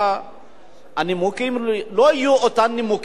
הנימוקים לא יהיו אותם נימוקים שהיו לפני חצי שנה,